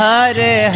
Hare